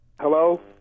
Hello